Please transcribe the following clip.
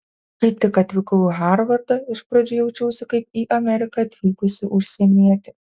kai tik atvykau į harvardą iš pradžių jaučiausi kaip į ameriką atvykusi užsienietė